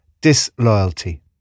disloyalty